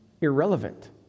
irrelevant